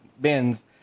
bins